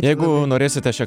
jeigu norėsite šią